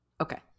Okay